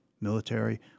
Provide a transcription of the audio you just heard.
military